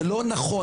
זה לא נכון.